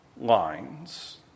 lines